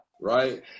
right